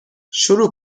شروع